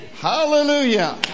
Hallelujah